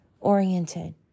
oriented